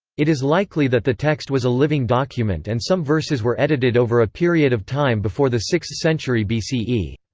it is likely that the text was a living document and some verses were edited over a period of time before the sixth century bce. etymology